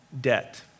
debt